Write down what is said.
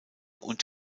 und